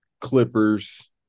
Clippers